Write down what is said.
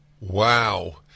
Wow